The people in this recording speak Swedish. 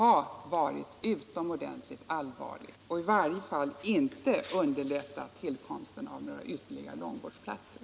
Fffekten skulle i varje fall inte ha underlättat tillkomsten av ytterligare långvårdsplatser.